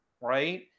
right